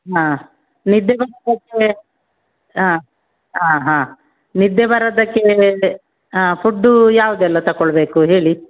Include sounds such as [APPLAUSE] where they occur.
ಹಾಂ ನಿದ್ದೆಗೂ ಒಂದು [UNINTELLIGIBLE] ಹಾಂ ಹಾಂ ಹಾಂ ನಿದ್ದೆ ಬರೋದಕ್ಕೆ ಫುಡ್ಡು ಯಾವುದೆಲ್ಲ ತಕೊಳ್ಳಬೇಕು ಹೇಳಿ